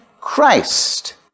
Christ